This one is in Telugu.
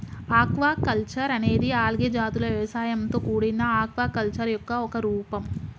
ఆక్వాకల్చర్ అనేది ఆల్గే జాతుల వ్యవసాయంతో కూడిన ఆక్వాకల్చర్ యొక్క ఒక రూపం